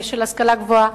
בעלי השכלה גבוהה,